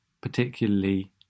particularly